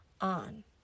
on